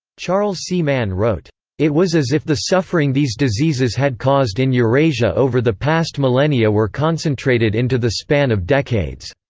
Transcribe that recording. charles c. mann wrote it was as if the suffering these diseases had caused in eurasia over the past millennia were concentrated into the span of decades.